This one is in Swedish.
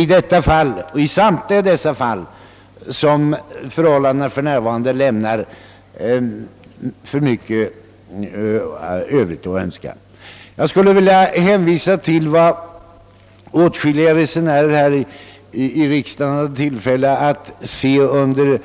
I samtliga dessa fall lämnar förhållandena mycket Övrigt att önska. Jag skulle vilja hänvisa till vad åtskilliga riksdagsmän hade tillfälle att se under